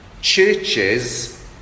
churches